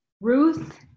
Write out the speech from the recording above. Ruth